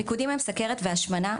המיקודים הם סוכרת והשמנה,